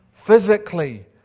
Physically